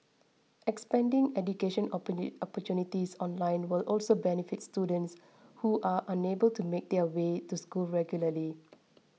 expanding education opportunities online will also benefit students who are unable to make their way to school regularly